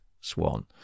swan